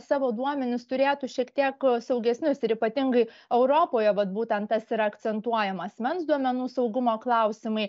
savo duomenis turėtų šiek tiek saugesnius ir ypatingai europoje vat būtent tas yra akcentuojama asmens duomenų saugumo klausimai